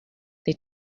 they